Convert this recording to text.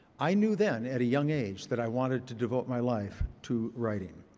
i knew then at a young age that i wanted to devote my life to writing.